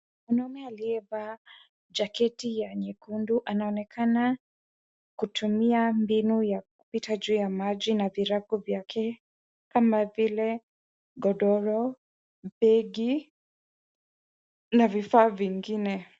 Mwanaume aliyevaa jaketi ya nyekundu anaonekana kutumia mbinu ya kupita juu ya maji na virago vyake kama vile godoro, begi na vifaa vingine.